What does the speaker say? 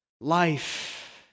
life